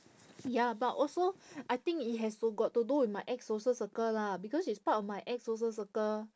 ya but also I think it has to got to do with my ex-social circle lah because she's part of my ex-social circle